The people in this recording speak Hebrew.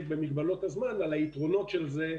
במגבלות הזמן אני לא אוכל להרחיב על היתרונות של זה,